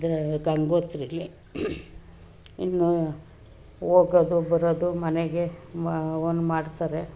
ಇದರ ಗಂಗೋತ್ರೀಲಿ ಇನ್ನೂ ಹೋಗೋದು ಬರೋದು ಮನೆಗೆ ಅವನ್ನು ಮಾಡ್ತಾರೆ